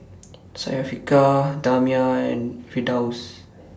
Syafiqah Damia and Firdaus